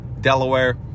Delaware